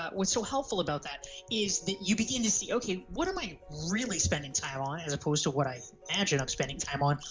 ah what's a so hopeful about that is that you begin to see okay what am i really spending time on as opposed to what i imagine i'm spending time on,